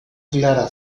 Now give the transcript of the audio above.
clara